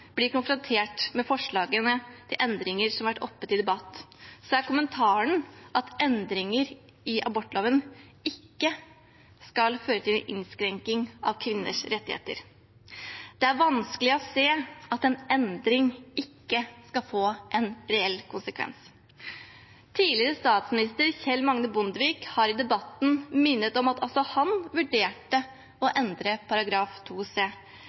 blir konfrontert med forslagene til endringer som har vært oppe til debatt, er kommentaren at endringer i abortloven ikke skal føre til en innskrenking av kvinners rettigheter. Det er vanskelig å se at en endring ikke skal få en reell konsekvens. Tidligere statsminister Kjell Magne Bondevik har i debatten minnet om at også han vurderte å